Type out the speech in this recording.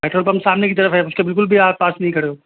petrol pump सामने की तरफ है उसके बिलकुल भी आप पास नहीं खड़े हो